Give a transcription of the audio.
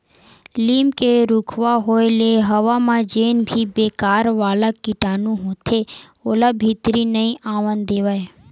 लीम के रूखवा होय ले हवा म जेन भी बेकार वाला कीटानु होथे ओला भीतरी नइ आवन देवय